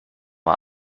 mal